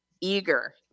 eager